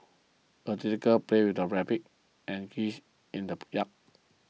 the little girl played with her rabbit and geese in the yard